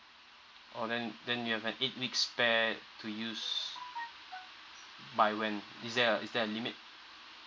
orh then then you have an eight weeks spare to use by when is there a is there a limit